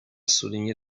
souligné